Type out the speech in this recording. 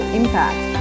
impact